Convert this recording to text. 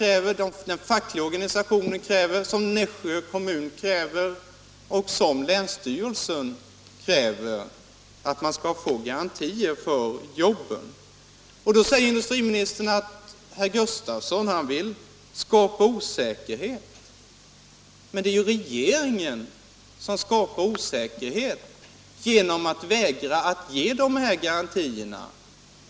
Ja, den fackliga organisationen, Nässjö kommun och länsstyrelsen kräver att man skall få garantier för jobben. Då säger industriministern att herr Gustavsson vill skapa osäkerhet. Men det är ju regeringen som skapar osäkerhet genom att vägra att ge dessa garantier.